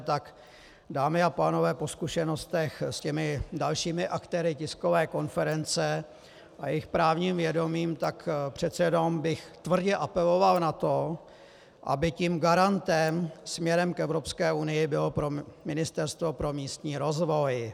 Tak dámy a pánové, po zkušenostech s těmi dalšími aktéry tiskové konference a jejich právním vědomím, tak přece jenom bych tvrdě apeloval na to, aby tím garantem směrem k Evropské unii bylo Ministerstvo pro místní rozvoj.